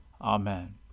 Amen